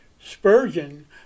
Spurgeon